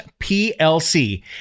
PLC